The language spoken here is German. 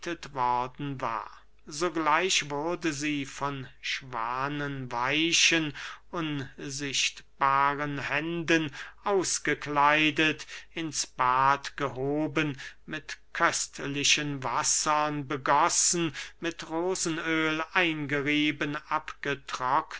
worden war sogleich wurde sie von schwanenweichen unsichtbaren händen ausgekleidet ins bad gehoben mit köstlichen wassern begossen mit rosenöhl eingerieben